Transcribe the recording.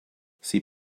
sie